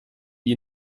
wie